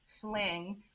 fling